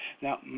Now